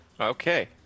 Okay